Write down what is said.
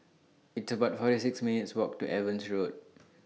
It's about forty six minutes' Walk to Evans Road